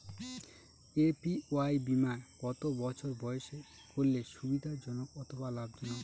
APY বীমা কত বছর বয়সে করলে সুবিধা জনক অথবা লাভজনক?